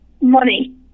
money